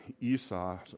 Esau